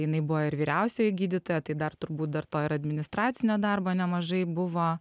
jinai buvo ir vyriausioji gydytoja tai dar turbūt dar to ir administracinio darbo nemažai buvo